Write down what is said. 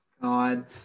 God